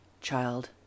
child